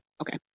Okay